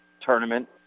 Tournament